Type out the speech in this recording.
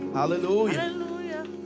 hallelujah